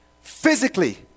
Physically